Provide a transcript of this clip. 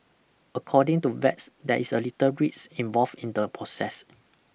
according to vets there is a little risk involve in the process